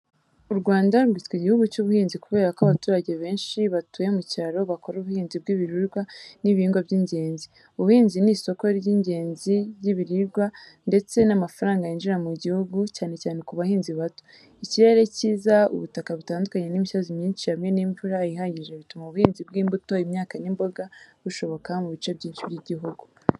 U Rwanda rwitwa igihugu cy’ubuhinzi kubera ko abaturage benshi batuye mu cyaro bakora ubuhinzi bw’ibiribwa n’ibihingwa by’ingenzi. Ubuhinzi ni isoko y’ingenzi y’ibiribwa ndetse n’amafaranga yinjira mu gihugu, cyane cyane ku bahinzi bato. Ikirere cyiza, ubutaka butandukanye n’imisozi myinshi hamwe n’imvura ihagije bituma ubuhinzi bw’imbuto, imyaka n’imboga bushoboka mu bice byinshi by’igihugu.